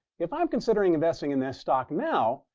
if i'm considering investing in this stock now,